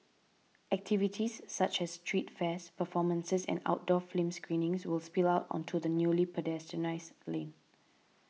activities such as street fairs performances and outdoor screenings will spill out onto the newly pedestrianised lane